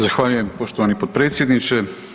Zahvaljujem poštovani potpredsjedniče.